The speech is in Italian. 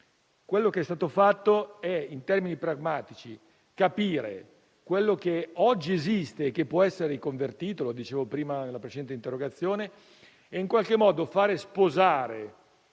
ciò che è stato fatto, in termini pragmatici, è capire quello che oggi esiste e che può essere convertito, come dicevo prima rispondendo alla precedente interrogazione, per far in qualche modo sposare